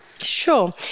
Sure